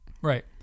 Right